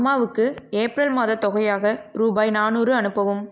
அம்மாவுக்கு ஏப்ரல் மாதத் தொகையாக ரூபாய் நானூறு அனுப்பவும்